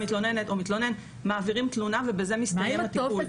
מתלוננת או מתלונן מעבירים תלונה ובזה מסתיים הטיפול.